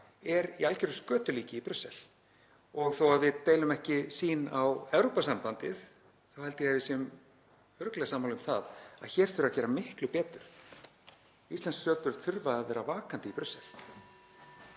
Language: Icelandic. er í algjöru skötulíki í Brussel. Þó að við deilum ekki sýn á Evrópusambandið þá held ég að við séum örugglega sammála um að hér þurfi að gera miklu betur. Íslensk stjórnvöld þurfa að vera vakandi í Brussel.